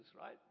right